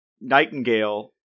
Nightingale